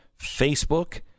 Facebook